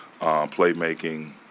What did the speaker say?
playmaking